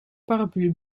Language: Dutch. paraplu